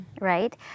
right